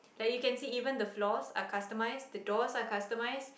like you can see even the floors are customized the doors are customized